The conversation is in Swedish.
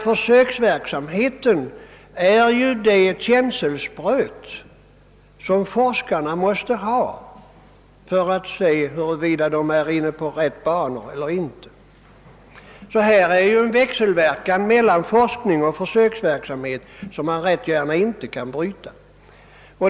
Försöksverksamheten är det känselspröt som forskarna måste ha för att förvissa sig om huruvida de är inne på rätt väg eller inte. Det föreligger alltså en växelverkan mellan forskning och försöksverksamhet som man inte gärna kan bryta.